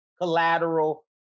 Collateral